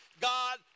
God